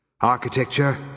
Architecture